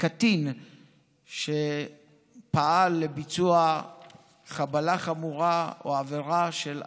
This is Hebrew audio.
קטין שפעל לביצוע חבלה חמורה או עבירה של המתה.